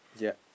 yeah